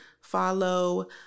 Follow